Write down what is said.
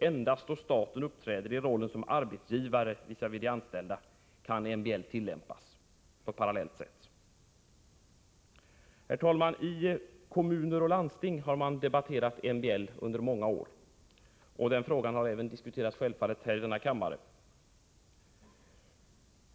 Endast då staten uppträder i rollen som arbetsgivare visavi de anställda kan MBL tillämpas på parallellt sätt. Herr talman! I kommuner och landsting har man debatterat MBL under många år. Frågan har självfallet även diskuterats här i denna kammare.